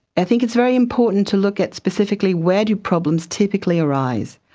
i think it's very important to look at specifically where do problems typically arise.